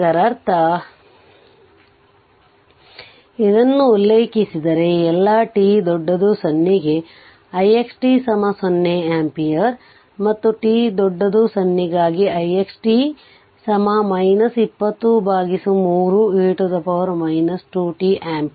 ಇದರರ್ಥ ಇದನ್ನು ಉಲ್ಲೇಖಿಸಿದರೆ ಎಲ್ಲಾ t 0 ಗೆ ix t 0 ampere ಮತ್ತು t 0 ಗಾಗಿ ix t 203 e 2t ampere